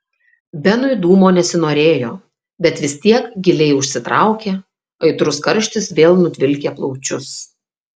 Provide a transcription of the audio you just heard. benui dūmo nesinorėjo bet vis tiek giliai užsitraukė aitrus karštis vėl nutvilkė plaučius